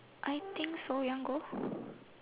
I think so I go